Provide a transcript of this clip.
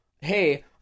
hey